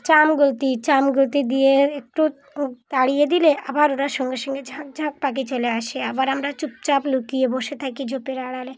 দিই দিয়ে একটু তাড়িয়ে দিলে আবার ওরা সঙ্গে সঙ্গে ঝাঁক ঝাঁক পাখি চলে আসে আবার আমরা চুপচাপ লুকিয়ে বসে থাকি ঝোপের আড়ালে